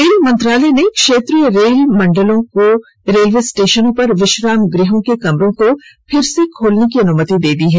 rail मंत्रालय ने क्षेत्रीय रेल मंडलों को रेलवे स्टेशनों पर विश्राम गृहों के कमरों को फिर से खोलने की अनुमति दे दी है